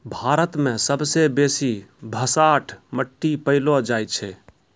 भारत मे सबसे बेसी भसाठ मट्टी पैलो जाय छै